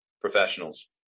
professionals